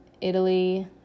Italy